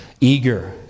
eager